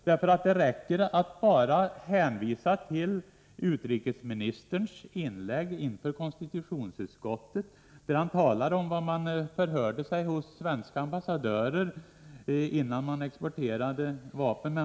Det räcker att hänvisa till utrikesministerns inlägg inför konstitutionsutskottet, där han talade om vad man förhörde sig om hos svenska ambassadörer innan man exporterade vapnen.